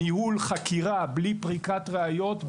ניהול חקירה בלי פריקת ראיות,